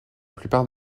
plupart